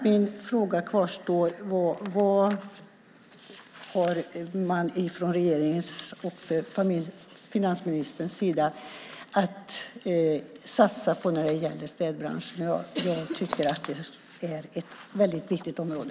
Min fråga kvarstår: Vad har man från regeringens och finansministerns sida för satsningar när det gäller städbranschen, som jag tycker är ett väldigt viktigt område?